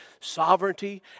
sovereignty